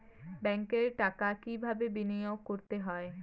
ব্যাংকে টাকা কিভাবে বিনোয়োগ করতে হয়?